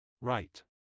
Right